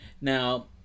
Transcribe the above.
Now